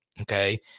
Okay